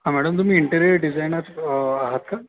हां मॅडम तुम्ही interior designer आहात का